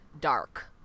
dark